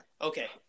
Okay